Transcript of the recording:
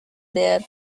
bear